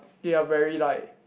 they are very like